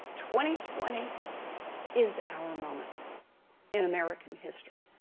twenty twenty is our moment in american history.